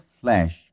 flesh